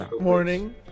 morning